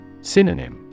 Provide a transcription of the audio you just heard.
Synonym